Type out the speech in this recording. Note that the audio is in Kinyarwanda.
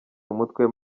umutwe